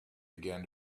began